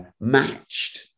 matched